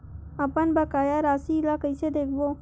अपन बकाया राशि ला कइसे देखबो?